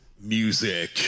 Music